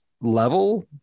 level